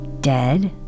Dead